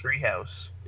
Treehouse